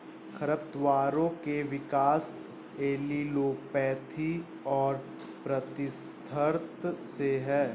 खरपतवारों के विकास एलीलोपैथी और प्रतिस्पर्धा से है